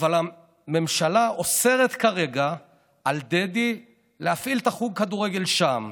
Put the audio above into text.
אבל הממשלה אוסרת כרגע על דדי להפעיל את חוג הכדורגל שם.